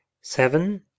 Seven